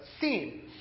theme